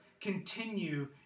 continue